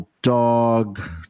Dog